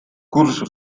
curso